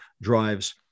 drives